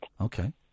okay